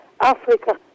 Africa